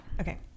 Okay